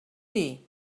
dir